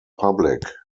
public